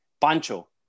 Pancho